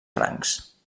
francs